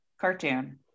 cartoon